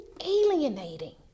alienating